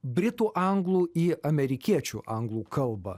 britų anglų į amerikiečių anglų kalbą